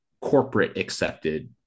corporate-accepted